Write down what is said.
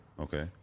Okay